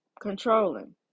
controlling